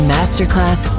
Masterclass